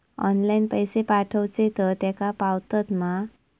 Online पैसे पाठवचे तर तेका पावतत मा?